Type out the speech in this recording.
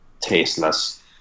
Tasteless